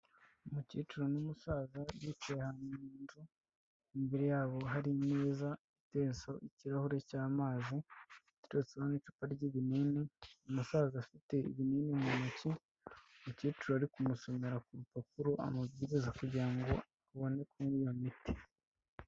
Umukecuru n'umusaza bicaye ahantu mu nzu, imbere yabo hari imeza iteretseho ikirahure cy'amazi, iteretseho n'icupa ry'ibinini, umusaza afite ibinini mu ntoki, umukecuru ari kumusomera ku rupapuro amabwiriza kugira ngo abone kunywa iyo miti.